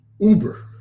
uber